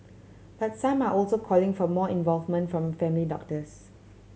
but some are also calling for more involvement from family doctors